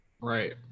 right